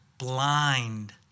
blind